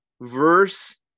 verse